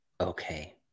Okay